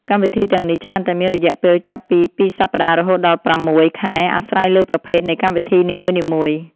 កម្មវិធីទាំងនេះច្រើនតែមានរយៈពេលចាប់ពីពីរសប្តាហ៍រហូតដល់ប្រាំមួយខែអាស្រ័យលើប្រភេទនៃកម្មវិធីនីមួយៗ។